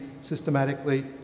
systematically